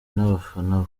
nabafana